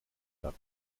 gab